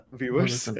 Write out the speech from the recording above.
viewers